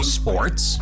sports